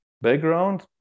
background